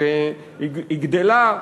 היא גדלה,